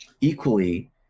equally